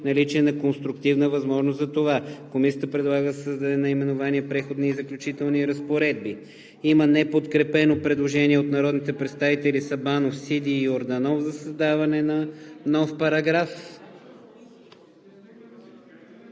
наличие на конструктивна възможност за това.“ Комисията предлага да се създаде наименование: „Преходни и заключителни разпоредби“. Има неподкрепено предложение от народните представители Александър Сабанов, Александър Сиди и Йордан Йорданов за създаване на нов параграф.